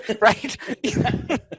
Right